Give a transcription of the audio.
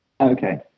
Okay